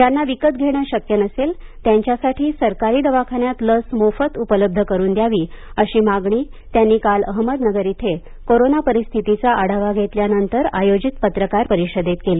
ज्यांना विकत घेणे शक्य नसेल त्यांच्यासाठी सरकारी दवाखान्यात लस मोफत उपलब्ध करून द्यावी अशी मागणी त्यांनी काल अहमदनगर इथे कोरोना परिस्थितीचा आढावा घेतल्यानंतर आयोजित पत्रकार परिषदेत केली